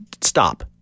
stop